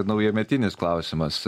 naujametinis klausimas